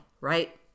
Right